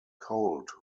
colt